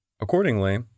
Accordingly